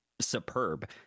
superb